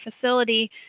facility